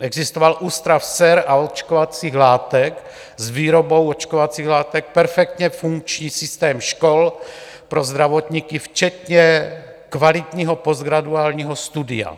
Existoval Ústav sér a očkovacích látek s výrobou očkovacích látek, perfektně funkční systém škol pro zdravotníky včetně kvalitního postgraduálního studia.